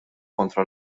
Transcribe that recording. kontra